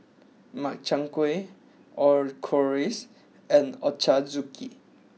Makchang Gui Chorizo and Ochazuke